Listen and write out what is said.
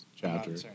chapter